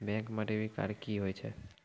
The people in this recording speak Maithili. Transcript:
बैंक म डेबिट कार्ड की होय छै?